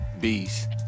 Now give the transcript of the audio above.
beast